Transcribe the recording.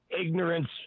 ignorance